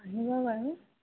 আহিবা বাৰু